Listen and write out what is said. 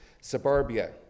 suburbia